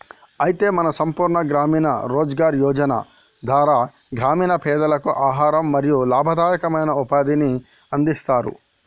అయితే మన సంపూర్ణ గ్రామీణ రోజ్గార్ యోజన ధార గ్రామీణ పెదలకు ఆహారం మరియు లాభదాయకమైన ఉపాధిని అందిస్తారు